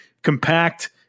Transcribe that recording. compact